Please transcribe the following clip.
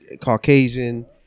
caucasian